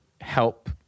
help